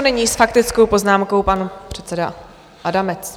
Nyní s faktickou poznámkou pan předseda Adamec.